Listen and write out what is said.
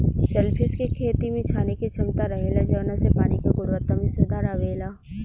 shellfish के खेती में छाने के क्षमता रहेला जवना से पानी के गुणवक्ता में सुधार अवेला